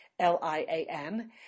L-I-A-N